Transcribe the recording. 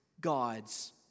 God's